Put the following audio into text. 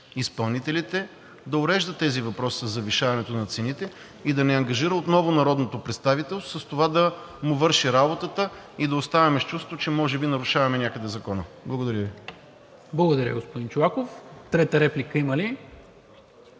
изпълнителите да урежда тези въпроси със завишаването на цените и да не ангажира отново народното представителство с това да му върши работата и да оставаме с чувството, че може би нарушаваме някъде Закона? Благодаря Ви. ПРЕДСЕДАТЕЛ НИКОЛА МИНЧЕВ: Благодаря, господин Чолаков. Трета реплика има ли?